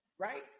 Right